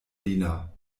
lina